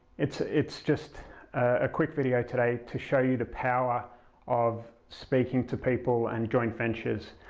it's it's just a quick video today to show you the power of speaking to people and joint ventures,